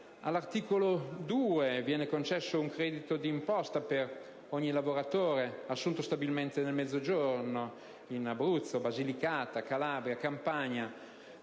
All'articolo 2 si prevede la concessione di un credito d'imposta per ogni lavoratore assunto stabilmente nel Mezzogiorno (nelle Regioni Abruzzo, Basilicata, Calabria, Campania,